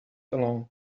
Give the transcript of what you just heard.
along